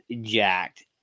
jacked